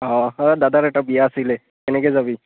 অ' দাদাৰ এটা বিয়া আছিলে কেনেকৈ যাবি